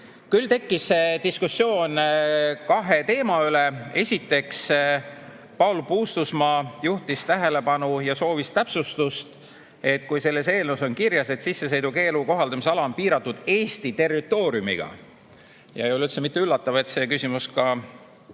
Tekkis diskussioon kahe teema üle. Esiteks, Paul Puustusmaa juhtis tähelepanu ja soovis täpsustust, et kui selles eelnõus on kirjas, et sissesõidukeelu kohaldamise ala on piiratud Eesti territooriumiga – ei ole üldse üllatav, et see küsimus